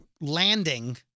landing